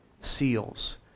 seals